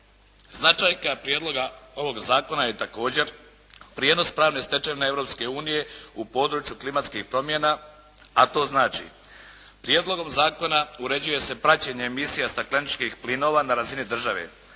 Značajka prijedloga ovog zakona je također prijenos pravne stečevine Europske unije u području klimatskih promjena, a to znači prijedlogom zakona uređuje se praćenje emisija stakleničkih plinova na razini države,